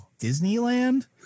Disneyland